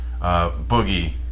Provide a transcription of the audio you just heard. Boogie